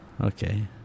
okay